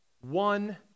one